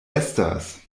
estas